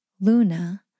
Luna